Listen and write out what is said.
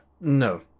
No